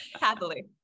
Happily